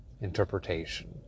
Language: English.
interpretation